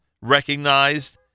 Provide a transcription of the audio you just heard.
recognized